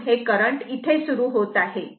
म्हणून हे करंट इथे सुरू होत आहे